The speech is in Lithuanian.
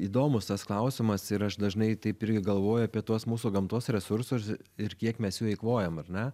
įdomus tas klausimas ir aš dažnai taip ir galvoju apie tuos mūsų gamtos resursus ir kiek mes jų eikvojam ar ne